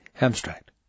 Abstract